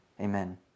Amen